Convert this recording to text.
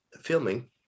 filming